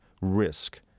risk